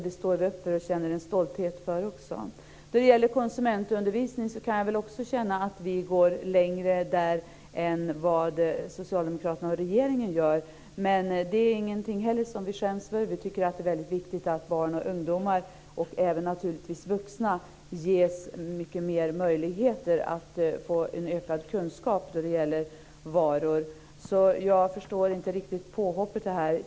Det står vi upp för och känner stolthet över. När det gäller konsumentundervisning kan jag också känna att vi går längre än vad Socialdemokraterna och regeringen gör. Men det är ingenting som vi skäms för. Vi tycker att det är viktigt att barn och ungdomar och naturligtvis även vuxna ges större möjligheter att få en ökad kunskap om varor, så jag förstår inte riktigt påhoppet här.